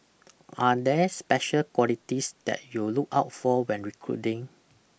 are there special qualities that you look out for when recruiting